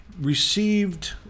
received